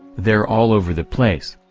they're all over the place.